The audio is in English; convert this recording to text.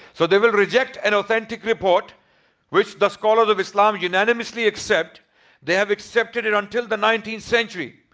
so they will reject an authentic report which the scholars of islam unanimously accept they have accepted it until the nineteenth century.